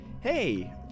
hey